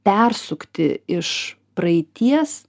persukti iš praeities